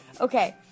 Okay